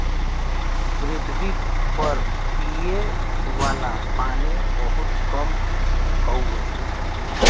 पृथवी पर पिए वाला पानी बहुत कम हउवे